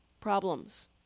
problems